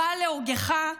הבא להורגך,